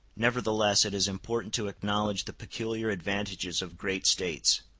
nevertheless it is important to acknowledge the peculiar advantages of great states.